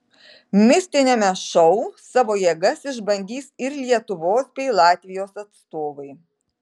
mistiniame šou savo jėgas išbandys ir lietuvos bei latvijos atstovai